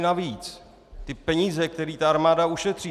Navíc ty peníze, které armáda ušetří...